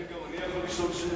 האם גם אני יכול לשאול שאלה?